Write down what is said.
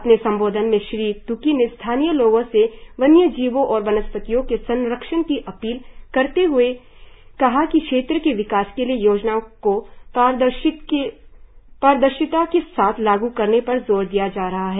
अपने संबोधन में श्री त्की ने स्थानीय लोगों से वन्यजीवों और वनस्पतियों के संरक्षण की अपील करते हए कहा कि क्षेत्र के विकास के लिए योजनाओं को प्रारदर्शिता के साथ लागू करने पर जोर दिया जा रहा है